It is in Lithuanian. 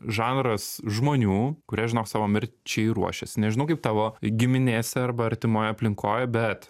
žanras žmonių kurie žinok savo mirčiai ruošiasi nežinau kaip tavo giminėse arba artimoj aplinkoj bet